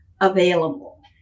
available